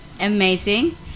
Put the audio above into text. amazing